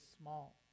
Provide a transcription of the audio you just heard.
small